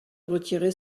retirer